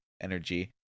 energy